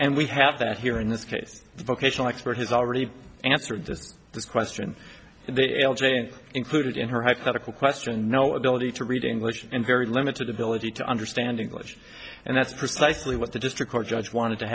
and we have that here in this case vocational expert has already answered just this question in the l j included in her hypothetical question no ability to read english and very limited ability to understand english and that's precisely what the district court judge wanted to